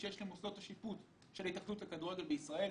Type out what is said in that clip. שיש למוסדות השיפוט של ההתאחדות לכדורגל בישראל.